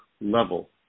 level